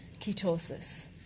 ketosis